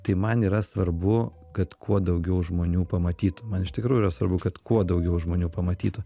tai man yra svarbu kad kuo daugiau žmonių pamatytų man iš tikrųjų yra svarbu kad kuo daugiau žmonių pamatytų